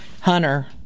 Hunter